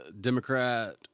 Democrat